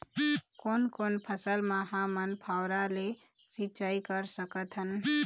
कोन कोन फसल म हमन फव्वारा ले सिचाई कर सकत हन?